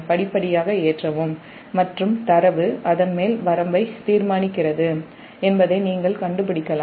படிப்படியாக ஏற்றவும் மற்றும் டேட்டா அதன் மேல் வரம்பை தீர்மானிக்கிறது ஒத்திசைவை இழப்பதற்கு முன் இயந்திரம் என்பதை நீங்கள் கண்டுபிடிக்கலாம்